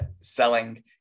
selling